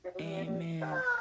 Amen